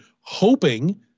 hoping